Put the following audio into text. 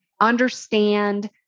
understand